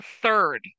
third